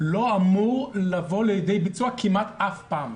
לא אמור לבוא לידי ביצוע כמעט אף פעם.